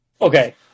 Okay